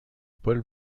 paul